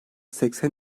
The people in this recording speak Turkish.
seksen